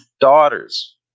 daughters